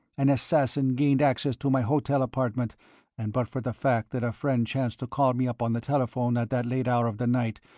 an assassin gained access to my hotel apartment and but for the fact that a friend chanced to call me up on the telephone at that late hour of the night,